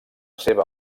seva